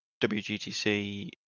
wgtc